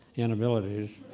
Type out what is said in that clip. inabilities